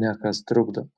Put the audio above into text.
ne kas trukdo